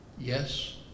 Yes